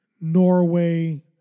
Norway